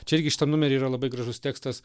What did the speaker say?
čia irgi šitam numeriui yra labai gražus tekstas